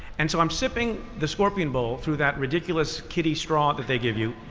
and so i'm sipping the scorpion bowl through that ridiculous kiddie straw that they give you,